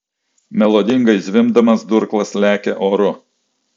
melodingai zvimbdamas durklas lekia oru